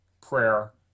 prayer